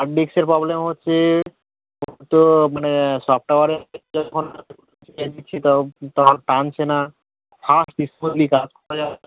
hard ডিক্সের problem হচ্ছে তো মানে সফটআওয়্যারে এক দেড় ঘন্টা চার্জ দিচ্ছি তাও টানছে না এরও স্লোলি কাজ করা যায়